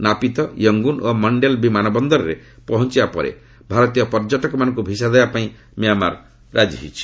ନାପିତ Yangon ଓ Mandalay ବିମାନ ବନ୍ଦରରେ ପହଞ୍ଚିବା ପରେ ଭାରତୀୟ ପର୍ଯ୍ୟଟକମାନଙ୍କୁ ଭିସା ଦେବା ପାଇଁ ମ୍ୟାମାର୍ ରାଜି ହୋଇଛି